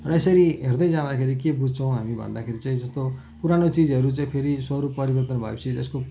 र यसरी हेर्दै जाँदाखेरि के बुझ्छौँ हामी भन्दाखेरि चाहिँ जस्तो पुरानो चिजहरू चाहिँ फेरि स्वरूप परिवर्तन भए पछि त्यसको